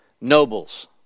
nobles